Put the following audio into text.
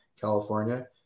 california